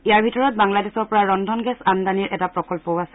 ইয়াৰ ভিতৰত বাংলাদেশৰ পৰা ৰন্ধন গেছ আমদানিৰ এটা প্ৰকল্পও আছে